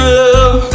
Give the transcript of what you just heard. love